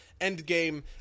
Endgame